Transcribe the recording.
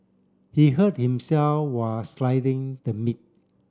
he hurt himself while slicing the meat